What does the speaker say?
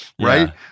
right